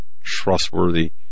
trustworthy